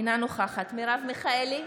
אינה נוכחת מרב מיכאלי,